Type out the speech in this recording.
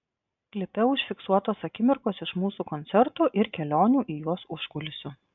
klipe užfiksuotos akimirkos iš mūsų koncertų ir kelionių į juos užkulisių